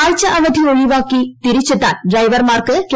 ആഴ്ച അവധി ഒഴിവാക്കി തിരിച്ചെത്താൻ ഡ്രൈവർമാർക്ക് കെ